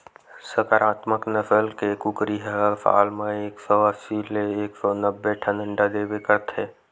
संकरामक नसल के कुकरी ह साल म एक सौ अस्सी ले एक सौ नब्बे ठन अंडा देबे करथे